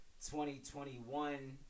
2021